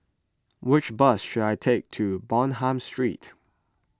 which bus should I take to Bonham Street